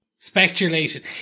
Speculation